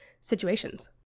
situations